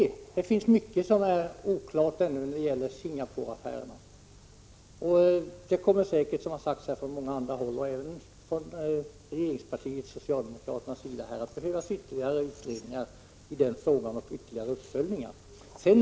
Det finns mycket som ännu är oklart när det gäller Singaporeaffärerna. Som här har sagts från många andra håll, även från regeringspartiets sida, kommer det säkert att behövas ytterligare utredningar och uppföljningar i den frågan.